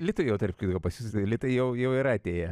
litai jau tarp kitko pas jus litai jau jau yra atėję